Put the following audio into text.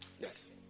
Yes